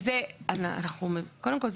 קודם כל,